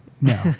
No